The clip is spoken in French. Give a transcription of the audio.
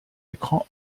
écrans